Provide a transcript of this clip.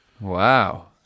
Wow